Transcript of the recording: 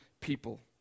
people